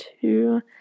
two